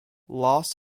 loss